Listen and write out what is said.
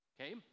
okay